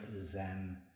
Zen